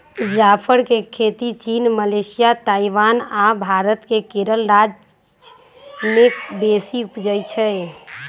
जाफर के खेती चीन, मलेशिया, ताइवान आ भारत मे केरल राज्य में बेशी उपजै छइ